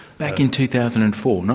back in two thousand and four,